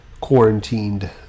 quarantined